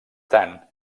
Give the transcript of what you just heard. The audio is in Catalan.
tant